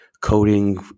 coding